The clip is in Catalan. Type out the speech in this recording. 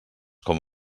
com